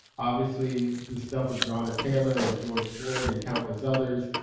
obviously, the stuff with breonna taylor and george floyd and countless others,